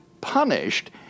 punished